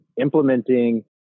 implementing